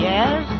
Yes